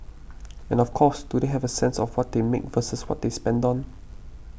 and of course do they have a sense of what they make versus what they spend on